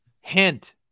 Hint